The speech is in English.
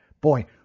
Boy